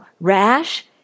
rash